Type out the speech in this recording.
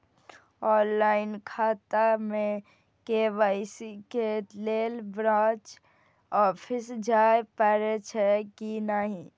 Online खाता में KYC के लेल ब्रांच ऑफिस जाय परेछै कि नहिं?